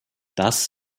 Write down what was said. das